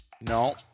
No